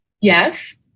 Yes